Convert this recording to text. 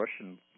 russian